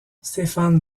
stéphane